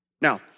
Now